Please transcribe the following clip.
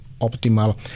optimal